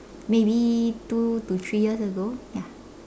maybe two to three years ago ya